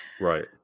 Right